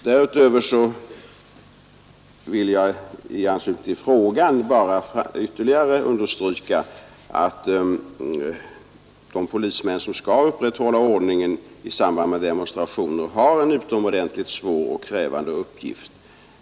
Därutöver vill jag i anslutning till frågan bara ytterligare understryka, att de polismän som skall upprätthålla ordningen i samband med demonstrationer har en utomordentligt svår och krävande uppgift.